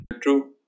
True